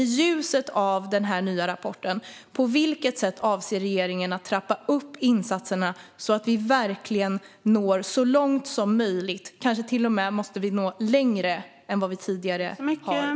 I ljuset av den nya rapporten är min fråga: På vilket sätt avser regeringen trappa upp insatserna så att vi verkligen når så långt som möjligt? Vi kanske till och med måste nå längre än vad vi tidigare har trott.